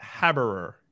Haberer